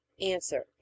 Answer